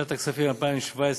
לשנת הכספים 2017,